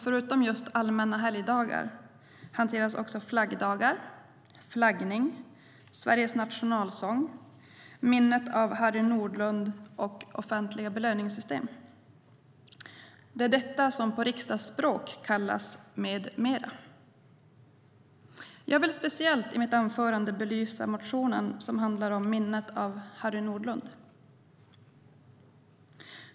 Förutom just allmänna helgdagar hanteras också flaggdagar, flaggning, Sveriges nationalsång, minnet av Harry Nordlund och offentliga belöningssystem. Det är detta som på riksdagsspråk kallas "med mera". Jag vill i mitt anförande speciellt belysa motionen som handlar om minnet av Harry Nordlund.